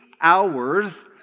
hours